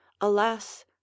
alas